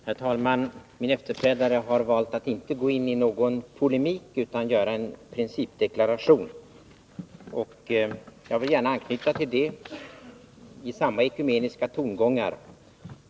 Herr talman! Min efterträdare har valt att inte gå in i någon polemik utan göra en principdeklaration. Jag vill gärna anknyta till det, i samma ekumeniska ton.